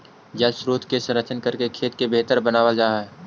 जलस्रोत के संरक्षण करके खेत के बेहतर बनावल जा हई